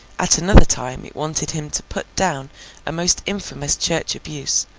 at another time it wanted him to put down a most infamous church abuse,